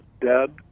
dead